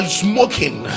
smoking